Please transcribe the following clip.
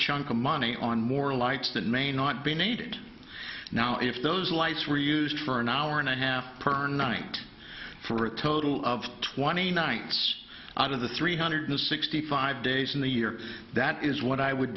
chunk of money on more lights that may not be needed now if those lights were used for an hour and a half per night for a total of twenty nights out of the three hundred sixty five days in the year that is what i would